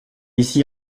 ici